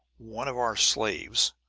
one of our slaves,